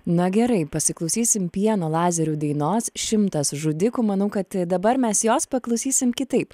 na gerai pasiklausysim pieno lazerių dainos šimtas žudikų manau kad dabar mes jos paklausysim kitaip